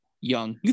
young